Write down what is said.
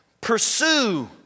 pursue